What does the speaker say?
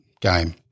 game